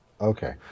okay